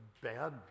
bad